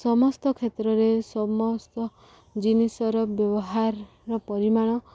ସମସ୍ତ କ୍ଷେତ୍ରରେ ସମସ୍ତ ଜିନିଷର ବ୍ୟବହାରର ପରିମାଣ